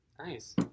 Nice